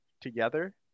together